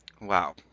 Wow